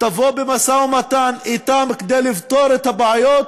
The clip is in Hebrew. ותבוא במשא-ומתן אתם כדי לפתור את הבעיות,